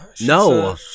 no